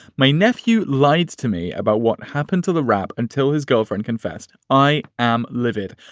my nephew lied to me about what happened to the wrap until his girlfriend confessed. i am livid.